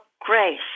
grace